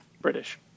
British